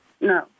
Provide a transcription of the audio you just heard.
no